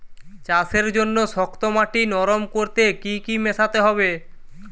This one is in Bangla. চাষের জন্য শক্ত মাটি নরম করতে কি কি মেশাতে হবে?